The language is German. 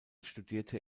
studierte